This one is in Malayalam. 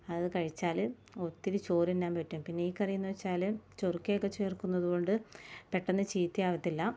അത് കഴിച്ചാല് ഒത്തിരി ചോറ് തിന്നാന് പറ്റും പിന്നെ ഈ കറി എന്ന് വെച്ചാൽ ചൊറിക്കയൊക്കെ ചേർക്കുന്നതുകൊണ്ട് പെട്ടെന്ന് ചീത്ത ആവത്തില്ല